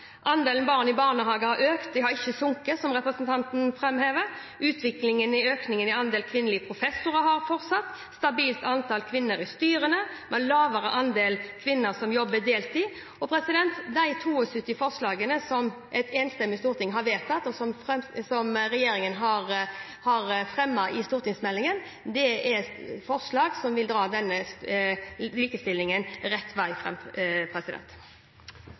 Andelen barn i barnehager har økt – den har ikke sunket, slik representanten framhever. Utviklingen i økningen i andel kvinnelige professorer har fortsatt, det er stabilt antall kvinner i styrene, vi har lavere andel kvinner som jobber deltid. De 72 forslagene som et enstemmig storting har vedtatt, og som regjeringen har fremmet i stortingsmeldingen, er forslag som vil dra likestillingen rett vei.